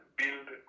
build